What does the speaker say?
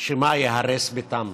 שמא ייהרס ביתם.